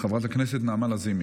חברת הכנסת נעמה לזימי,